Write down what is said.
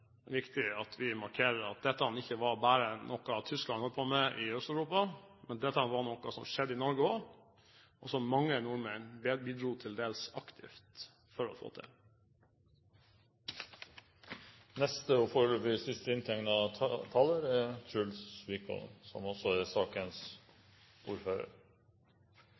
viktig at vi markerer at dette ikke bare var noe som Tyskland holdt på med i Øst-Europa, men dette var noe som skjedde i Norge også – og mange nordmenn bidro til dels aktivt. Jeg vil bare benytte anledningen til å